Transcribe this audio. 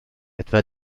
etwa